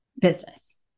business